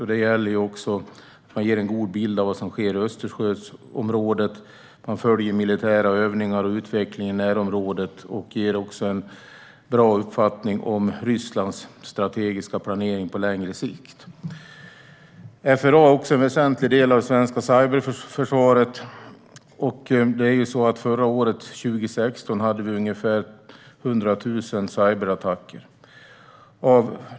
Man ger också en god bild av vad som sker i Östersjöområdet, man följer militära övningar och utvecklingen i närområdet och man ger en bra uppfattning av Rysslands strategiska planering på längre sikt. FRA är också en väsentlig del av det svenska cyberförsvaret. Förra året, 2016, hade vi ungefär 100 000 cyberattacker.